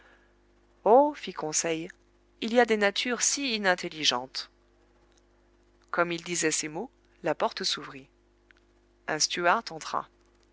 oh fit conseil il y a des natures si inintelligentes comme il disait ces mots la porte s'ouvrit un stewart entra